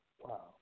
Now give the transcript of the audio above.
Wow